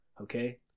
okay